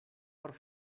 pot